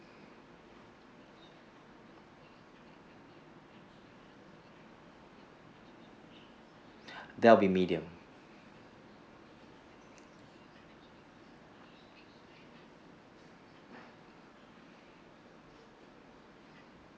that would be medium